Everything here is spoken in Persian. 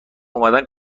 اومدن